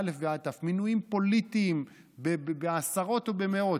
מא' ועד ת'; מינויים פוליטיים בעשרות ובמאות.